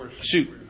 Shoot